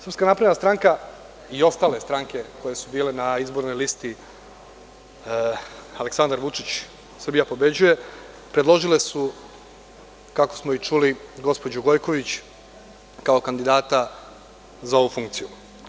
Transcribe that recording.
Srpska napredna stranka i ostale stranke koje su bile na izbornoj listi „Aleksandar Vučić – Srbija pobeđuje“, predložile su, kako smo i čuli, gospođu Gojković kao kandidata za ovu funkciju.